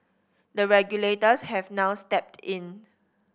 the regulators have now stepped in